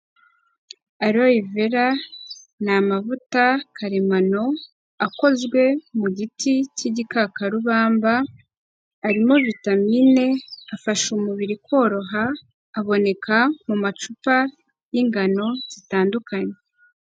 Aloe Vera, ni amavuta karemano, akozwe mu giti k'igikakarubamba, arimo vitamine, afasha umubiri koroha, aboneka mu macupa y'ingano zitandukanye.